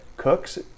cooks